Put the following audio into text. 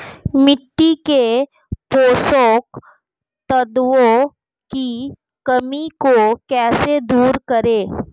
मिट्टी के पोषक तत्वों की कमी को कैसे दूर करें?